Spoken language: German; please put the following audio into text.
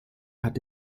hat